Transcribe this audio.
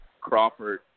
Crawford